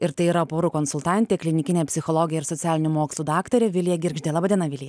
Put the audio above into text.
ir tai yra porų konsultantė klinikinė psichologė ir socialinių mokslų daktarė vilija girgždė laba diena vilija